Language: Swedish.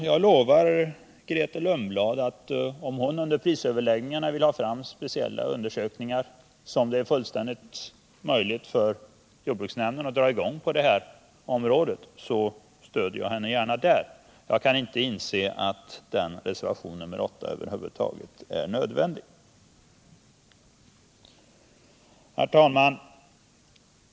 Jag lovar Grethe Lundblad att om hon under prisöverläggningarna vill ha fram speciella undersökningar, som det är möjligt för jordbruksnämnden att dra i gång på det här området, stöder jag henne gärna där. Jag kan inte inse att reservationen över huvud taget är nödvändig. Herr talman!